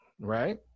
right